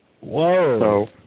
Whoa